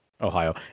Ohio